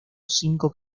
cinco